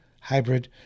hybrid